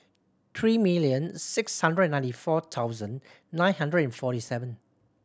three million six hundred ninety four thousand nine hundred forty seven